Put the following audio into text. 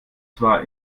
zwar